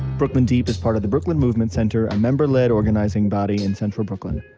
brooklyn deep is part of the brooklyn movement center, a member-led organizing body in central brooklyn.